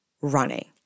running